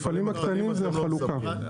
המפעלים הקטנים זה חלוקה.